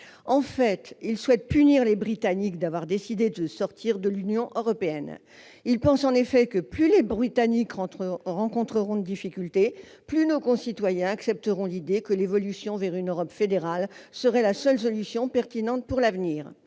En fait, ils souhaitent punir les Britanniques d'avoir décidé de sortir de l'Union européenne. Ils pensent en effet que plus les Britanniques rencontreront de difficultés, plus nos concitoyens accepteront l'idée que l'évolution vers une Europe fédérale serait la seule solution pertinente pour l'avenir.